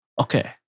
okay